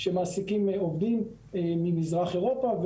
שמעסיקים עובדים ממזרח אירופה,